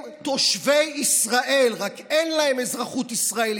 הם תושבי ישראל, רק אין להם אזרחות ישראלית.